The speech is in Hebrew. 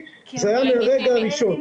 כרגע נדחה על הסף,